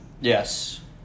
Yes